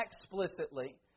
explicitly